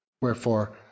Wherefore